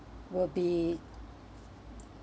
will be